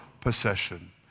possession